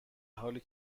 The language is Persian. حالی